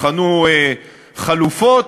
בחנו חלופות,